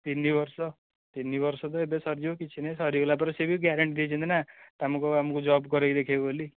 ତିନି ବର୍ଷ ତିନି ବର୍ଷ ତ ଏବେ ସରିଯିବ କିଛି ନାହିଁ ସରିଗଲା ପରେ ସେ ବି ଗ୍ୟାରେଣ୍ଟି ଦେଇଛନ୍ତି ନା ଆମକୁ ଆମକୁ ଜବ୍ କରେଇକି ଦେଖାଇବେ ବୋଲି